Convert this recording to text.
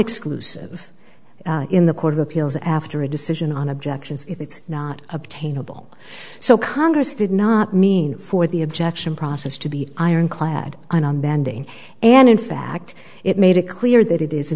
exclusive in the court of appeals after a decision on objections it's not obtainable so congress did not mean for the objection process to be ironclad and unbending and in fact it made it clear that it is